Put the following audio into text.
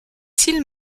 s’il